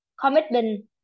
commitment